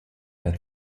der